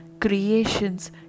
creations